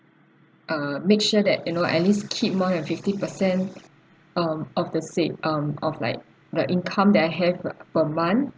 uh make sure that you know at least keep more than fifty percent um of the sav~ um of like the income that I have per month